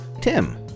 tim